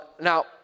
Now